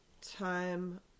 time